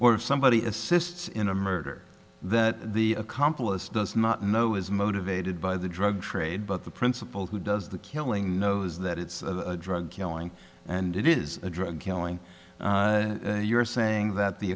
if somebody assists in a murder that the accomplice does not know is motivated by the drug trade but the principal who does the killing knows that it's a drug killing and it is a drug killing you're saying that the